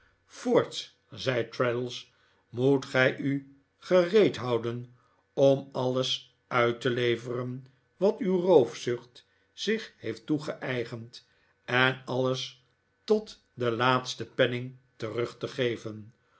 voorts zei traddles moet gij u gereed houden om alles uit te leveren wat uw roofzucht zich heeft toegeeigend en alles tot den laatsten penning terug te geven